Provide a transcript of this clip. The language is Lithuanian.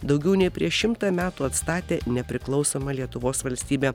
daugiau nei prieš šimtą metų atstatė nepriklausomą lietuvos valstybę